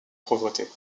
pauvreté